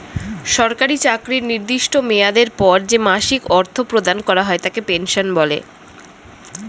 সরকারি চাকরির নির্দিষ্ট মেয়াদের পর যে মাসিক অর্থ প্রদান করা হয় তাকে পেনশন বলে